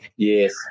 Yes